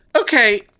Okay